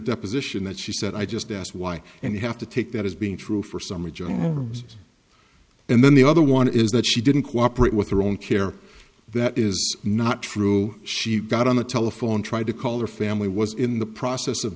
deposition that she said i just asked why and you have to take that as being true for some original and then the other one is that she didn't cooperate with her own care that is not true she got on the telephone tried to call her family was in the process of